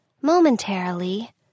Momentarily